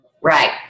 Right